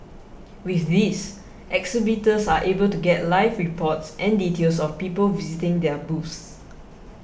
with this exhibitors are able to get live reports and details of people visiting their booths